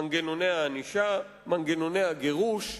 מנגנוני הענישה, מנגנוני הגירוש,